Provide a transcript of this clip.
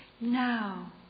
Now